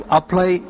apply